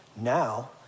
now